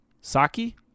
Saki